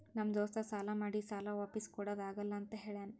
ನಮ್ ದೋಸ್ತ ಸಾಲಾ ಮಾಡಿ ಸಾಲಾ ವಾಪಿಸ್ ಕುಡಾದು ಆಗಲ್ಲ ಅಂತ ಹೇಳ್ಯಾನ್